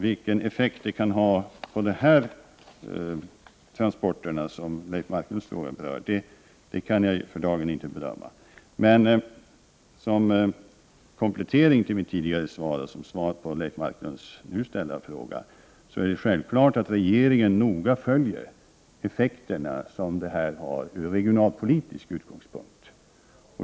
Vilken effekt det kan ha på de transporter som Leif Marklunds fråga berör kan jag för dagen inte bedöma. Men som komplettering till mitt tidigare svar, och som svar på Leif Marklunds nu ställda fråga, vill jag säga att det är självklart att regeringen noga följer effekterna ur regionalpolitisk synpunkt.